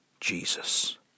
Jesus